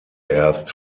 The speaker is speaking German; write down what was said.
erst